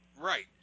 Right